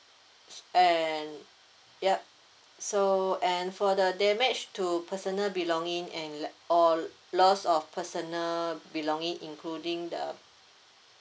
and ya so and for the damage to personal belonging and like or loss of personal belonging including the